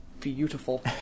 beautiful